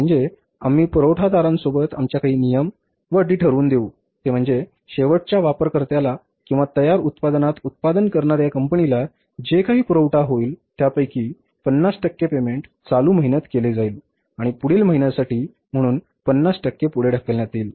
तर म्हणजे आम्ही पुरवठादारांसोबत आमच्या काही नियम व अटी ठरवून देऊ ते म्हणजे शेवटच्या वापरकर्त्याला किंवा तयार उत्पादनात उत्पादन करणाऱ्या कंपनीला जे काही पुरवठा होईल त्यापैकी 50 टक्के पेमेंट चालू महिन्यात केले जाईल आणि पुढील महिन्यासाठी म्हणून 50 टक्के पुढे ढकलण्यात येईल